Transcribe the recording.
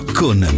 con